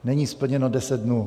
Není splněno deset dnů.